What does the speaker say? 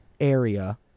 area